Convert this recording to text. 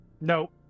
no